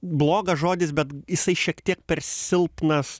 blogas žodis bet jisai šiek tiek per silpnas